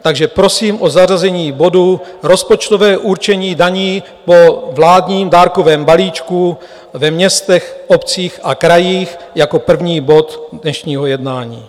Takže prosím o zařazení bodu Rozpočtové určení daní po vládním dárkovém balíčku ve městech, obcích a krajích jako první bod dnešního jednání.